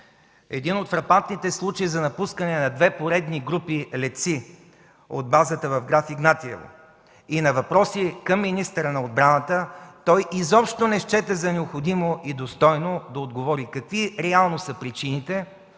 един от фрапантните случаи за напускане на две поредни групи летци от базата в Граф Игнатиево и на въпроси към министъра на отбраната, той изобщо не счете за необходимо и достойно да отговори какви реално са причините,